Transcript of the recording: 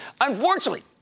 Unfortunately